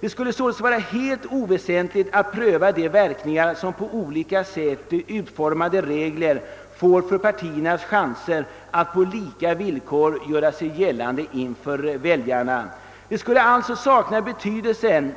Det skulle således vara helt oväsentligt att pröva de verkningar som på olika sätt utformade regler får för partiernas chanser att på lika villkor göra sig gällande inför väljarna. Det skulle alltså sakna betydelse